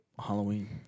Halloween